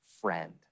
friend